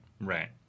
Right